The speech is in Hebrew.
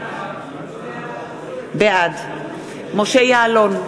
בעד משה יעלון,